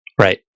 Right